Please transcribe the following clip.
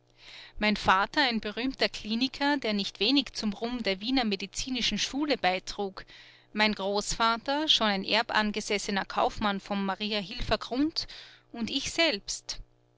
mein vater ein berühmter kliniker der nicht wenig zum ruhm der wiener medizinischen schule beitrug mein großvater schon ein erbangesessener kaufmann vom mariahilfer grund und ich selbst